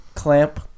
Clamp